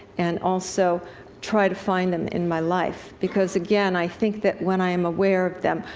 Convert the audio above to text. and also try to find them in my life. because, again, i think that when i am aware of them,